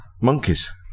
Monkeys